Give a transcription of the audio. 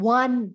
one